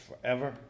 forever